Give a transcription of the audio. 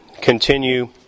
continue